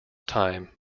time